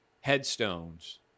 headstones